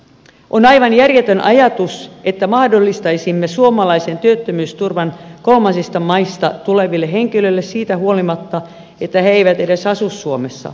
on aivan järjetön ajatus että mahdollistaisimme suomalaisen työttömyysturvan kolmansista maista tuleville henkilöille siitä huolimatta että he eivät edes asu suomessa